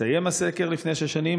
הסתיים הסקר לפני שש שנים.